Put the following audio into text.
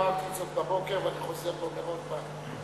אמרתי את זאת בבוקר ואני חוזר ואומר עוד פעם,